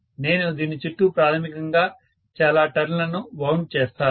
నేను దీని చుట్టూ ప్రాథమికంగా చాలా టర్న్ లను వౌండ్ చేస్తాను